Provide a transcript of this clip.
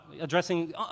addressing